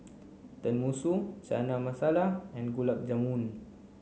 Tenmusu Chana Masala and Gulab Jamun